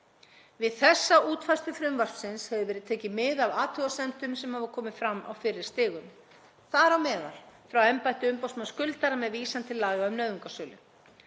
Við þessa útfærslu frumvarpsins hefur verið tekið mið af athugasemdum sem hafa komið fram á fyrri stigum, þar á meðal frá embætti umboðsmanns skuldara með vísan til laga um nauðungarsölu.